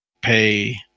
pay